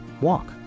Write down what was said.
Walk